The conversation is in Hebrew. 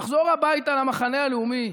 לחזור הביתה למחנה הלאומי,